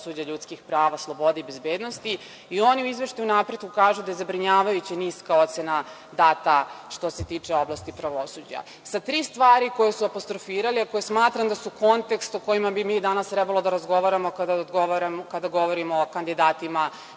pravosuđa, ljudskih prava, sloboda i bezbednosti. Oni u izveštaju o napretku kažu da je zabrinjavajuće niska ocena data što se tiče oblasti pravosuđa, sa tri stvari koje su apostrofirali, a koje smatram da su kontekst o kojem bi mi danas trebalo da razgovaramo, kada govorimo o kandidatima